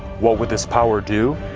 what would this power do?